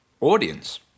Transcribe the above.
audience